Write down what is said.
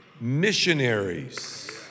missionaries